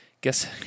Guess